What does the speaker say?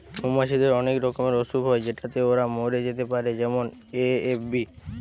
মৌমাছিদের অনেক রকমের অসুখ হয় যেটাতে ওরা মরে যেতে পারে যেমন এ.এফ.বি